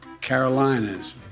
Carolinas